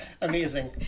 Amazing